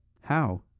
How